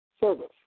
service